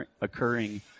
occurring